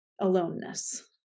aloneness